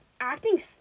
acting